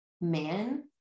man